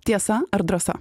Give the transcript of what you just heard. tiesa ar drąsa